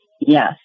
Yes